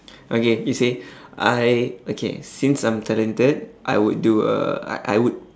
okay you see I okay since I'm talented I would do a I I would